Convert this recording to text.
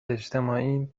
اجتماعی